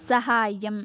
सहाय्यम्